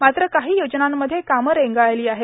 मात्र काही योजनांमध्ये कामं रेंगाळली आहेत